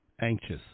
anxious